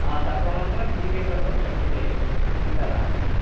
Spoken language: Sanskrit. तदनन्तरं जीपे कर्तुं शक्यते एव चिन्ता नस्ति